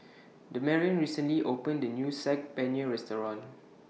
Damarion recently opened A New Saag Paneer Restaurant